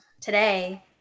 today